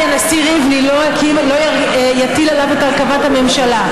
הנשיא ריבלין לא יטיל עליו את הרכבת הממשלה.